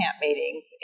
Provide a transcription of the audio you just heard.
meetings